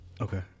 Okay